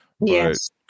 Yes